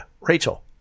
Rachel